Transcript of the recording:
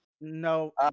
No